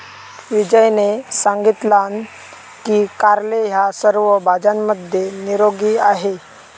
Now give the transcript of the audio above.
विजयने सांगितलान की कारले ह्या सर्व भाज्यांमध्ये निरोगी आहे